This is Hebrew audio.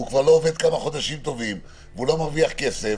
והוא לא עובד כמה חודשים טובים ולא מרוויח כסף,